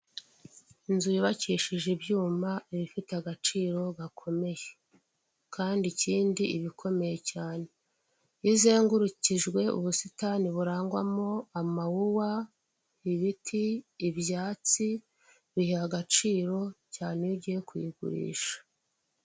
Inzu yubakishije ibyuma iba ifite agaciro gakomeye kandi ikindi ibikomeye cyane, iyo izengurukijwe ubusitani burangwamo amawuwa, ibiti, ibyatsi biyiha agaciro cyane iyo ugiye kuyigurisha.